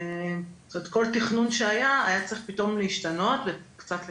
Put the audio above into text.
כל תכנון שהיה היה צריך פתאום לשנות וקצת לקצץ.